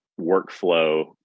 workflow